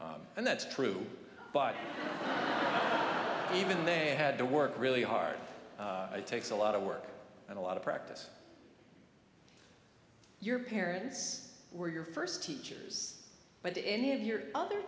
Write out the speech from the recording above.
and that's true but even they had to work really hard it takes a lot of work and a lot of practice your parents were your first teachers but any of your other